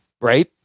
Right